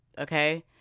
Okay